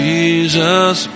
Jesus